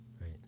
Right